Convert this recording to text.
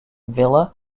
villa